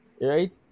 right